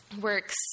works